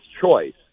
choice